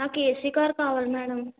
నాకు AC car కావాలి madam